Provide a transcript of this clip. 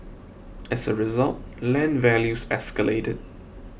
as a result land values escalated